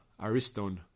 Ariston